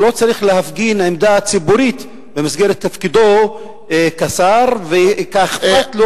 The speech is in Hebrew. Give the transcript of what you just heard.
לא צריך להפגין עמדה ציבורית במסגרת תפקידו כשר וכאחד שאכפת,